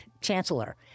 chancellor